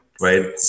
right